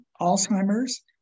Alzheimer's